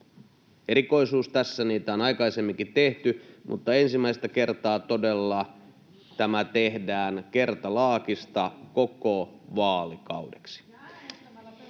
erikoisuus, niitä on aikaisemminkin tehty, mutta ensimmäistä kertaa todella tämä tehdään kertalaakista koko vaalikaudeksi.